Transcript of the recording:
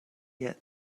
yet